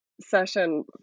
session